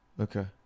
Okay